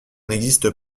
n’existe